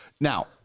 now